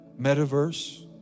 Metaverse